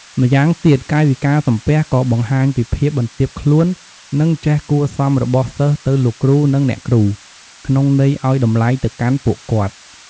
ម្យ៉ាងទៀត កាយវិការសំពះក៏បង្ហាញពីភាពបន្ទាបខ្លួននិងចេះគួរសមរបស់សិស្សទៅលោកគ្រូ និងអ្នកគ្រូ ក្នុងន័យអោយតម្លៃទៅកាន់ពួកគាត់។